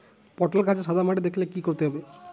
পটলে গাছে সাদা মাছি দেখালে কি করতে হবে?